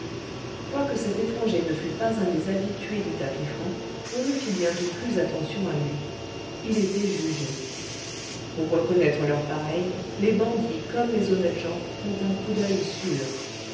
quoique cet étranger ne fût pas un des habitués du tapis franc on ne fit bientôt plus attention à lui il était jugé pour reconnaître leurs pareils les bandits comme les honnêtes gens ont un coup d'oeil sûr